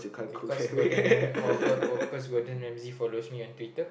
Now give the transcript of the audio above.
because Gordon-Ramsay or or because Gordon-Ramsay follows me on Twitter